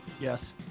Yes